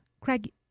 Craig